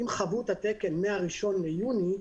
עם חבות התקן מה-1 ביוני,